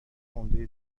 عمده